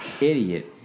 idiot